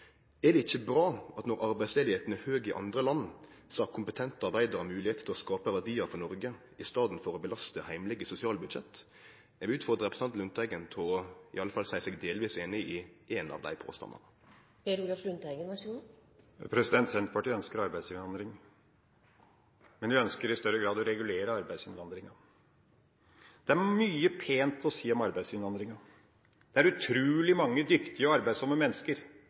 Er det ikkje bra at når arbeidsløysa er høg i andre land, har kompetente arbeidarar moglegheit til å skape verdiar for Noreg i staden for å belaste heimlege sosialbudsjett? Eg vil utfordre representanten Lundteigen til i alle fall å seie seg delvis einig i ein av dei påstandane. Senterpartiet ønsker arbeidsinnvandring, men vi ønsker i større grad å regulere arbeidsinnvandringa. Det er mye pent å si om arbeidsinnvandringa. Det er utrolig mange dyktige og arbeidsomme mennesker